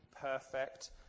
perfect